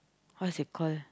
what's it call